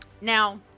Now